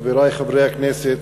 חברי חברי הכנסת,